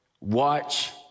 Watch